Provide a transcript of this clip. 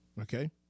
Okay